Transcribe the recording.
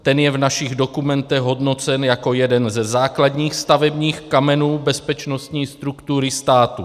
Ten je v našich dokumentech hodnocen jako jeden ze základních stavebních kamenů bezpečnostní struktury státu.